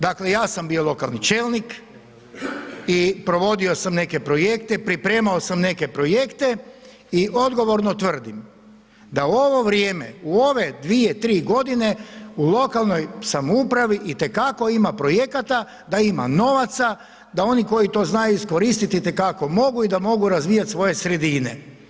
Dakle ja sam bio lokalni čelnik i provodio sam neke projekte, pripremao sam neke projekte i odgovorno tvrdim da u ovo vrijeme, u ove 2, 3 g., u lokalnoj samoupravi itekako ima projekata, da ima novaca, da oni koji to znaju iskoristiti itekako mogu i da mogu razvijat svoje sredine.